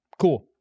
Cool